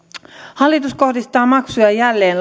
hallitus kohdistaa maksuja jälleen